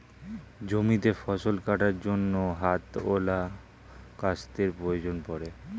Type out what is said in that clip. জমিতে ফসল কাটার জন্য হাতওয়ালা কাস্তের প্রয়োজন পড়ে